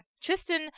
Tristan